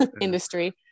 industry